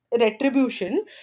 retribution